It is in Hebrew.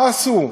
מה עשו?